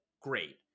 great